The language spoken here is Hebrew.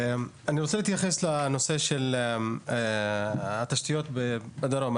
אני רוצה להתייחס לנושא של התשתיות בדרום.